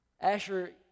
Asher